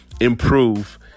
improve